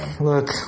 Look